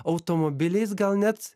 automobiliais gal net